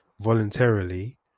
voluntarily